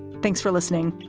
thanks for listening.